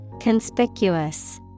Conspicuous